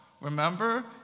Remember